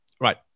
right